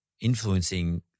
influencing